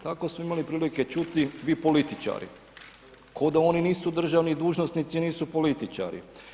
Tako smo imali prilike čuti, vi političari, ko da oni nisu državni dužnosnici, nisu političari.